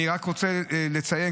אני רק רוצה לציין,